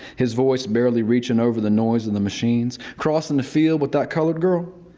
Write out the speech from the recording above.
his voice barely reaching over the noise of the machines. crossing the field with that colored girl.